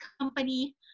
company